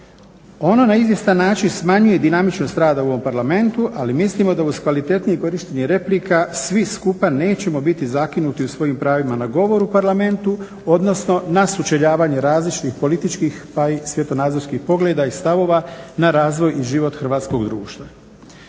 Ona na izvjestan način smanjuje dinamičnost rada u ovom Parlamentu, ali mislimo da uz kvalitetnije korištenje replika svi skupa nećemo biti zakinuti u svojim pravima na govor u Parlamentu, odnosno na sučeljavanje različitih političkih, pa i svjetonazorskih pogleda i stavova na razvoj i život hrvatskog društva.